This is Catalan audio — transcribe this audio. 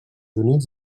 units